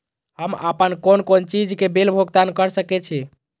हम आपन कोन कोन चीज के बिल भुगतान कर सके छी?